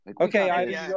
Okay